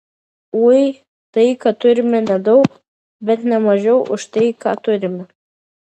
ui tai kad turime nedaug bet ne mažiau už tai ką turime